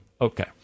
Okay